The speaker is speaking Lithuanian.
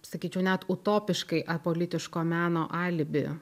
sakyčiau net utopiškai apolitiško meno alibi